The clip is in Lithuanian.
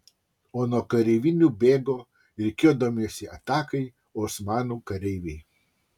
o nuo kareivinių bėgo rikiuodamiesi atakai osmanų kareiviai